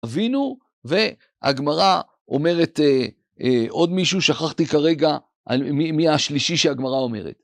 אבינו, והגמרא אומרת עוד מישהו שכחתי כרגע מי השלישי שהגמרא אומרת.